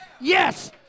Yes